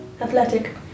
athletic